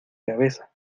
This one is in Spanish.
cabeza